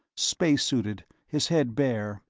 spacesuited, his head bare,